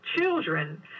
children